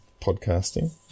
podcasting